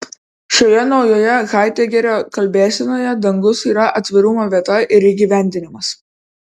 šioje naujoje haidegerio kalbėsenoje dangus yra atvirumo vieta ir įgyvendinimas